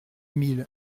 mille